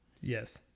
Yes